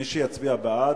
מי שיצביע בעד,